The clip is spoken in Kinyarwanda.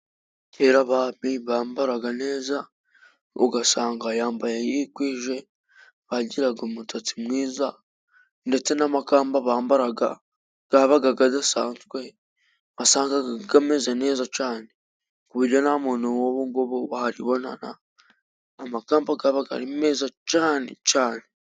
Kera abami bambaraga neza ugasanga yambaye yikwije, bagiraga umusatsi mwiza ndetse n'amakamba bambaraga yabaga adasanzwe, wasangaga ameze neza cyane, ku buryo nta muntu w'ubu ngubu waribonana makamba yabaga ari meza cyane cyane.